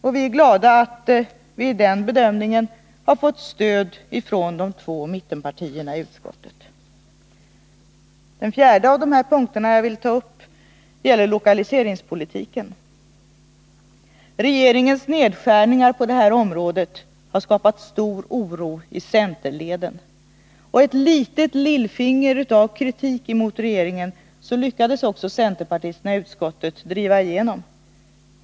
Och vi är glada över att vi i den bedömningen har fått stöd från representanterna för de två mittenpartierna i utskottet. Den fjärde punkt som jag skulle vilja ta upp gäller lokaliseringspolitiken. Regeringens nedskärningar på det här området har skapat stor oro i centerleden. Och ett litet uns av kritik mot regeringen lyckades centerpartisterna också driva igenom i utskottets skrivning.